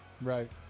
Right